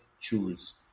choose